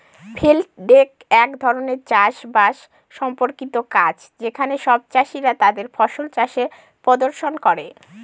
field day এক ধরনের চাষ বাস সম্পর্কিত কাজ যেখানে সব চাষীরা তাদের ফসল চাষের প্রদর্শন করে